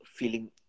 feeling